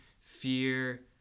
fear